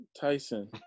Tyson